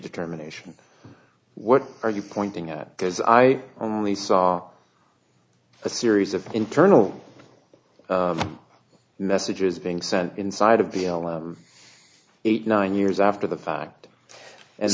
determination what are you pointing at because i only saw a series of internal messages being sent inside of b l o eight nine years after the fact and